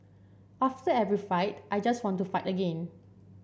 after every fight I just want to fight again